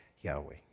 Yahweh